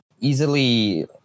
easily